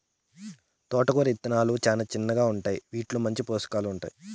తోటకూర ఇత్తనాలు చానా చిన్నగా ఉంటాయి, వీటిలో మంచి పోషకాలు ఉంటాయి